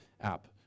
app